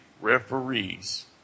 referees